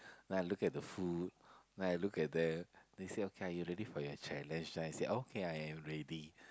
then I look at the food then I look at them then they say are you ready for your challenge then I say okay I am ready